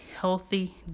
healthy